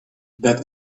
that